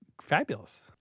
fabulous